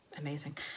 Amazing